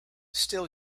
still